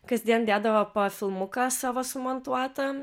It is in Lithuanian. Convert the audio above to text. kasdien dėdavo po filmuką savo sumontuotą